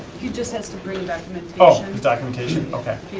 he just has to bring documentation. oh, his documentation, okay.